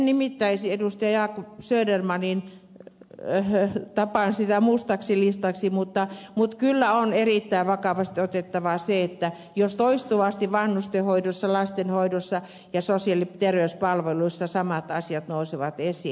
jacob södermanin tapaan sitä mustaksi listaksi mutta kyllä on erittäin vakavasti otettava se jos toistuvasti vanhustenhoidossa lastenhoidossa sosiaali ja terveyspalveluissa samat asiat nousevat esiin